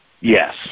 Yes